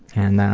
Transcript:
and